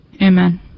Amen